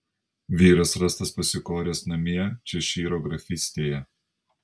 vyras rastas pasikoręs namie češyro grafystėje